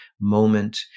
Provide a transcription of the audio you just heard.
moment